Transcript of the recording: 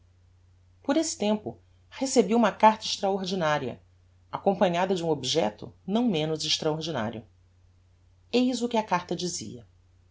por esse tempo recebi uma carta extraordinaria acompanhada de um objecto não menos extraordinario eis o que a carta dizia